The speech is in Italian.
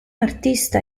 artista